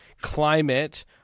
climate